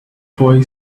boy